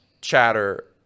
chatter